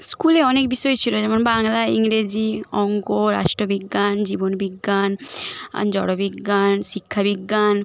স্কুলে অনেক বিষয় ছিল যেমন বাংলা ইংরেজি অঙ্ক রাষ্ট্রবিজ্ঞান জীবন বিজ্ঞান জড় বিজ্ঞান শিক্ষা বিজ্ঞান